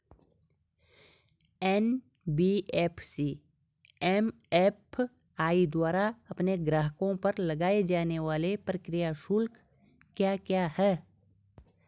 NBFC MFI द्वारा अपने ग्राहकों पर लगाए जाने वाले प्रक्रिया शुल्क क्या क्या हैं?